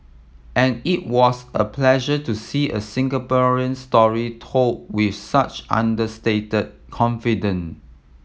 and it was a pleasure to see a Singaporean story told with such understated confidence